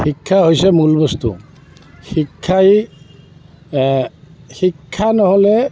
শিক্ষা হৈছে মূল বস্তু শিক্ষাই শিক্ষা নহ'লে